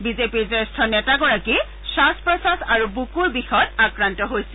বিজেপিৰ জ্যেষ্ঠ নেতাগৰাকী খাস প্ৰখাস আৰু বুকুৰ বিষত আক্ৰান্ত হৈছিল